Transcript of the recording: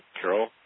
Carol